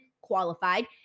qualified